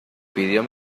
pidió